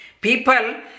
people